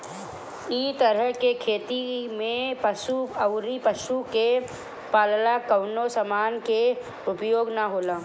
इ तरह के खेती में पशु अउरी पशु से बनल कवनो समान के उपयोग ना होला